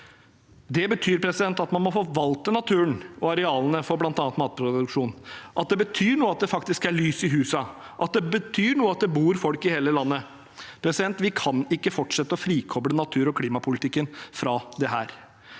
Det betyr at man må forvalte naturen og arealene for bl.a. matproduksjon, at det betyr noe at det faktisk er lys i husene, at det betyr noe at det bor folk i hele landet. Vi kan ikke fortsette å frikoble natur- og klimapolitikken fra dette.